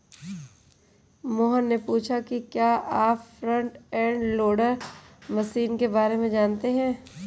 मोहन ने पूछा कि क्या आप फ्रंट एंड लोडर मशीन के बारे में जानते हैं?